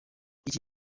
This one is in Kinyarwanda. iki